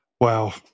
Wow